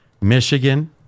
Michigan